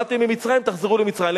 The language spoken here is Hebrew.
באתם ממצרים, תחזרו למצרים.